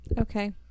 okay